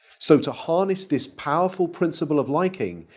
so to harness this powerful principle of liking,